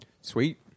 Sweet